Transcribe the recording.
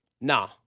Nah